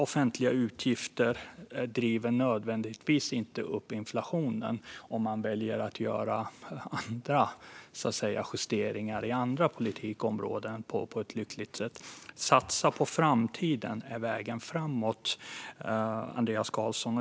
Offentliga utgifter driver nödvändigtvis inte upp inflationen om man väljer att göra rätt justeringar på andra politikområden. Satsa på framtiden är vägen framåt, Andreas Carlson.